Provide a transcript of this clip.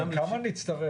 אבל כמה נצטרך,